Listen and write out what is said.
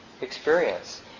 experience